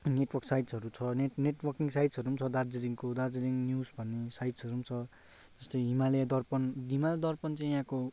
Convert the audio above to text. network साइटहरू छ net networking साइट्सहरू पनि छ दार्जिलिङको दार्जिलिङ न्युज भन्ने साइस्टहरू पनि छ जस्तै हिमालय दर्पण हिमालय दर्पण चाहिँ यहाँको